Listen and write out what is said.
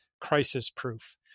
crisis-proof